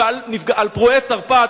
ועל פרועי תרפ"ט,